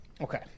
okay